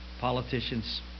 Politicians